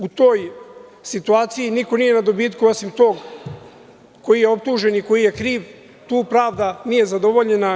U toj situaciji niko nije na dobitku, osim tog koji je optužen i koji je kriv, tu pravda nije zadovoljena.